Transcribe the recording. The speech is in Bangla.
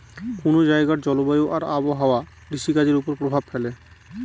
কোন জায়গার জলবায়ু আর আবহাওয়া কৃষিকাজের উপর প্রভাব ফেলে